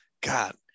god